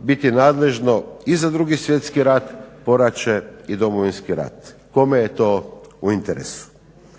biti nadležno i za Drugi svjetski rat, poraće i Domovinski rat. Kome je to u interesu?